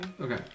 Okay